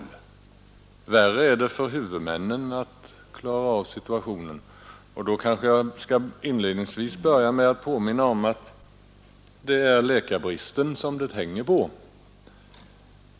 Värre är det för huvudmännen att klara situationen. Då kanske jag inledningsvis skall påminna om att det är läkarbristen det hänger på.